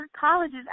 colleges